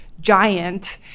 giant